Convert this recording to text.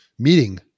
Meeting